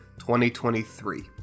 2023